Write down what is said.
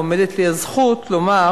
ועומדת לי הזכות לומר